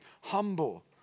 humble